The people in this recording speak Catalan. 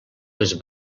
les